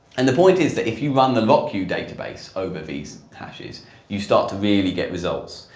and the point is that if you run the rockyou database over these hashes you start to really get results,